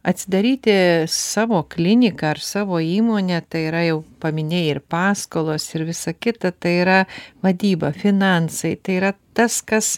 atsidaryti savo kliniką ar savo įmonę tai yra jau paminėjai ir paskolos ir visa kita tai yra vadyba finansai tai yra tas kas